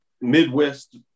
Midwest